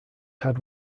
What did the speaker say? had